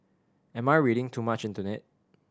am I reading too much into it